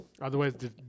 Otherwise